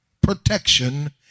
protection